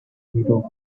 middle